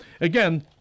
Again